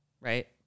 right